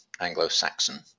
Anglo-Saxon